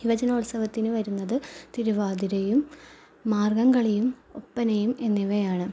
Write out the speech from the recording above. യുവജനോത്സവത്തിന് വരുന്നത് തിരുവാതിരയും മാർഗം കളിയും ഒപ്പനയും എന്നിവയാണ്